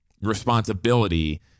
responsibility